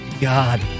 God